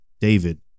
David